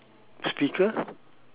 speaker